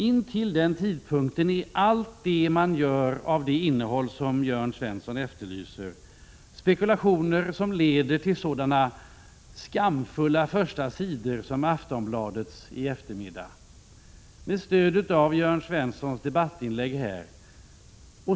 Intill den tidpunkten är allt det man gör av det innehåll som Jörn Svensson efterlyser spekulationer, som leder till sådana skamfulla sidor som Aftonbladets i eftermiddag med stöd av Jörn Svenssons debattinlägg här.